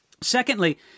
Secondly